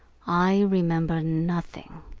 i remember nothing,